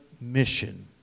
mission